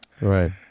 Right